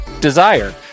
Desire